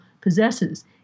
possesses